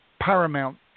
paramount